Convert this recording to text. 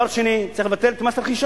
דבר שני, צריך לבטל את מס הרכישה.